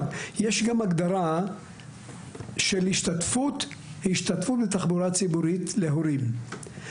יש גם הגדרה של השתתפות בתחבורה ציבורית, להורים.